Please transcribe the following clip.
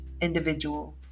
individual